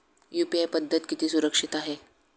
UPI पद्धत किती सुरक्षित आहे?